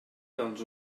dels